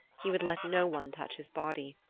he would let no one touch his body.